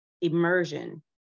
Immersion